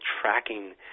tracking